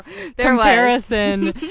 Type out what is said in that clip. comparison